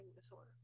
disorder